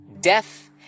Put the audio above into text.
deaf